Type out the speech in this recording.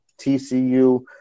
tcu